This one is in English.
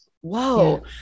whoa